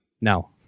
no